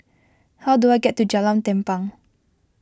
how do I get to Jalan Tampang